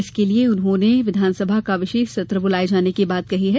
इसके लिये उन्होंने विधानसभा का विशेष सत्र बुलाये जाने की बात कही है